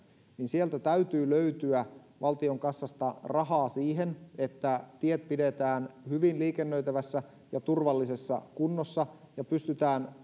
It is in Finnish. niin täytyy löytyä valtion kassasta rahaa siihen että tiet pidetään hyvin liikennöitävässä ja turvallisessa kunnossa ja pystytään